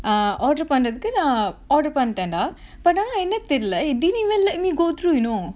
order பன்றதுக்கு:panrathukku order பண்ட்டேண்டா:panttaendaa but ஆனா என்ன தெரில:aanaa enna therila it didn't even let me go through you know